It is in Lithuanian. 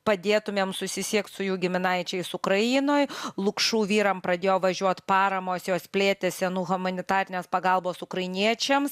padėtumėm susisiekt su jų giminaičiais ukrainoj lukšų vyram pradėjo važiuot paramos jos plėtėsi nuo hamanitarinės pagalbos ukrainiečiams